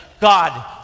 God